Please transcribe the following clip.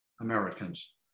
Americans